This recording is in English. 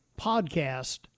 podcast